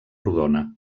rodona